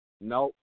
Nope